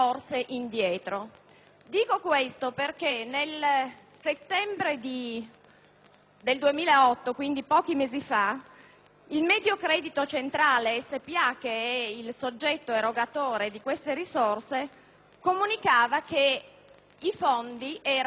Dico questo perché nel settembre del 2008, quindi pochi mesi fa, l'Unicredit - Mediocredito Centrale spa, che è il soggetto erogatore di queste risorse, ha comunicato che i fondi erano esauriti.